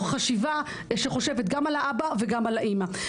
חשיבה שחושבת גם על האבא וגם על האימא.